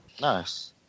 Nice